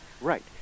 Right